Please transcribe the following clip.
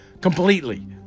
completely